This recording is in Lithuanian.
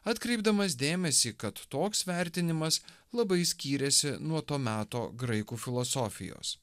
atkreipdamas dėmesį kad toks vertinimas labai skyrėsi nuo to meto graikų filosofijos